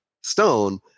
stone